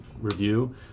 review